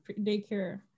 daycare